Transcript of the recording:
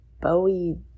Bowie